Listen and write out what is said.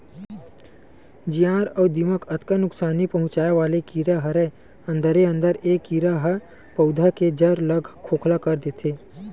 जियार या दिमक अतका नुकसानी पहुंचाय वाले कीरा हरय अंदरे अंदर ए कीरा ह पउधा के जर ल खोखला कर देथे